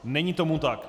Není tomu tak.